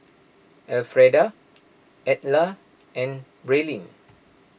Elfreda Edla and Braelyn